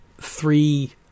three